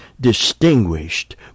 distinguished